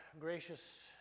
gracious